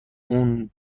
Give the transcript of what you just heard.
اون